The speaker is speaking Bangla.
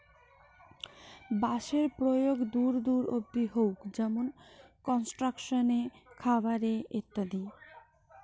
বাঁশের প্রয়োগ দূর দূর অব্দি হউক যেমন কনস্ট্রাকশন এ, খাবার এ ইত্যাদি